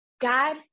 God